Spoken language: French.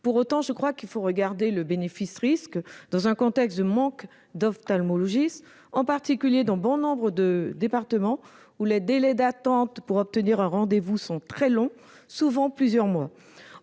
Pour autant, il convient de regarder le bénéfice-risque, dans un contexte de manque d'ophtalmologistes, en particulier dans nombre de départements où les délais d'attente pour obtenir un rendez-vous sont très longs, souvent de plusieurs mois.